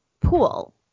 pool